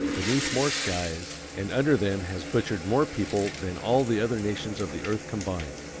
beneath more skies, and under them has butchered more people than all the other nations of the earth combined.